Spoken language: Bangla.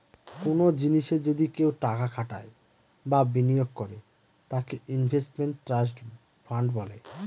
কোনো জিনিসে যদি কেউ টাকা খাটায় বা বিনিয়োগ করে তাকে ইনভেস্টমেন্ট ট্রাস্ট ফান্ড বলে